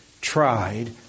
tried